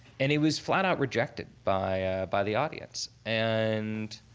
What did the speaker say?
and. it was flat out rejected by by the audience. and